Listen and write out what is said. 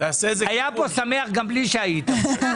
היה פה שמח גם בלי שהיית.